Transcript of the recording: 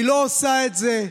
היא לא עושה את זה,